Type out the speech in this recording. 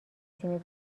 تیم